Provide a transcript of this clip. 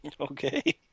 Okay